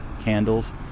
candles